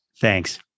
Thanks